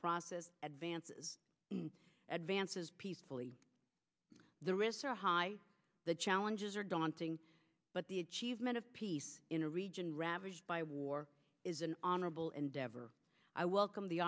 process advances advances peacefully the risks are high the challenges are daunting but the achievement of peace in a region my war is an honorable endeavor i welcome the